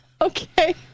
Okay